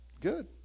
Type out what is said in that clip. good